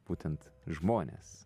būtent žmones